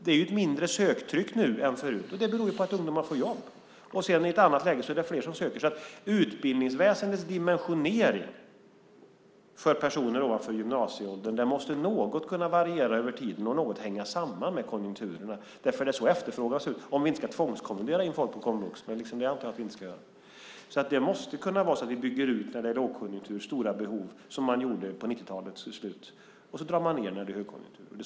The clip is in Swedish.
Det är ett mindre söktryck nu än förut, och det beror på att ungdomar får jobb. I ett annat läge är det fler som söker. Utbildningsväsendets dimensionering för personer över gymnasieåldern måste något kunna variera över tiden och något hänga samman med konjunkturerna - det är så efterfrågan ser ut - om vi inte ska tvångskommendera in folk på komvux, men det antar jag att vi inte ska göra. Det måste vara så att vi bygger ut när det är lågkonjunktur och stora behov, som man gjorde i slutet av 90-talet, och sedan drar man ned när det är högkonjunktur.